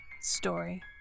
story